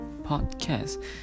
podcast